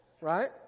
right